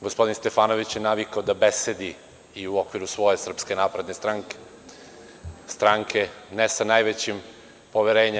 Gospodin Stefanović je navikao da besedi i u okviru svoje Srpske napredne stranke, stranke ne sa najvećim poverenjem.